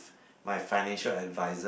my financial adviser